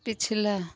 पिछला